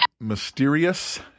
Mysterious